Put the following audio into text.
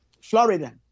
Florida